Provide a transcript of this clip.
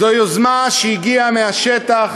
זו יוזמה שהגיעה מהשטח.